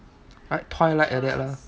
like twilight like that lah